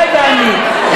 עליזה לביא, לחוק המקוואות.